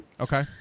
Okay